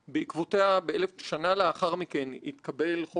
ובזה לדעתי היא דווקא עשתה נזק גדול מאוד ואני אומר